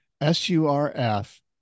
S-U-R-F